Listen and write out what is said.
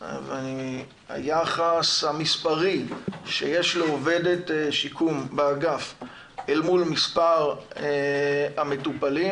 שהיחס המספרי שיש לעובדת שיקום באגף אל מול מספר המטופלים